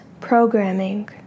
Programming